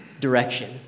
direction